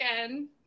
again